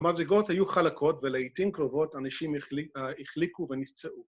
‫המדרגות היו חלקות, ‫ולעיתים קרובות אנשים החליקו ונפצעו.